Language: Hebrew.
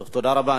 תודה רבה.